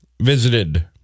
visited